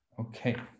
Okay